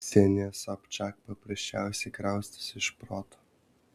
ksenija sobčak paprasčiausiai kraustosi iš proto